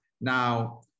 Now